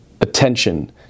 attention